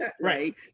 Right